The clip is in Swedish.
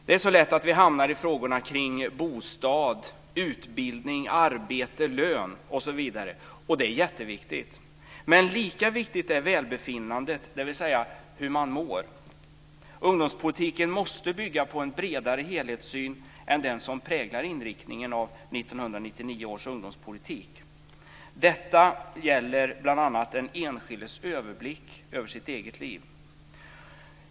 Det är så lätt att vi hamnar i frågorna kring bostad, utbildning, arbete, lön osv., och det är jätteviktigt. Men lika viktigt är välbefinnandet, dvs. hur man mår. Ungdomspolitiken måste bygga på en bredare helhetssyn än den som präglar inriktningen av 1999 års ungdomspolitik. Detta gäller bl.a. den enskildes överblick över sitt eget liv.